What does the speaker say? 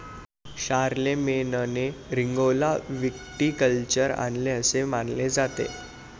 शारलेमेनने रिंगौला व्हिटिकल्चर आणले असे मानले जाते